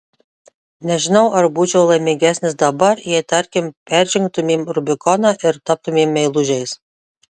nežinau ar būčiau laimingesnis dabar jei tarkim peržengtumėm rubikoną ir taptumėm meilužiais